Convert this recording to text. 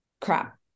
crap